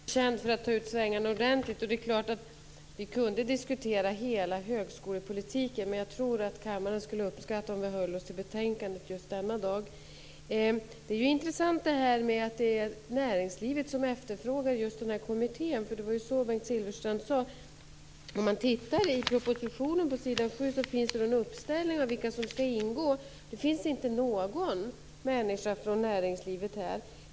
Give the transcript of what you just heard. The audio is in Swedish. Fru talman! Bengt Silfverstrand är känd för att ta ut svängarna ordentligt. Det är klart att vi kunde diskutera hela högskolepolitiken, men jag tror att kammaren skulle uppskatta om vi höll oss till betänkandet just denna dag. Det är intressant att det är näringslivet som efterfrågar just kommittén, det var ju så Bengt Silfverstrand sade. I propositionen på s. 7 finns det en uppställning över vilka som skall ingå. Det finns inte någon människa från näringslivet.